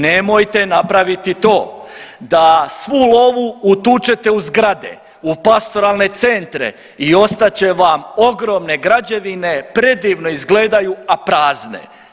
Nemojte napraviti to da svu lovu utučete u zgrade, u pastoralne centre i ostat će vam ogromne građevine, predivno izgledaju, a prazne.